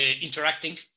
interacting